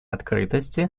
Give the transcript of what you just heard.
открытости